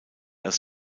als